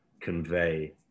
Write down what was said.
convey